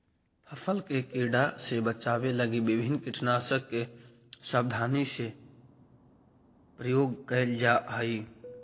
फसल के कीड़ा से बचावे लगी विभिन्न कीटनाशक के सावधानी से प्रयोग कैल जा हइ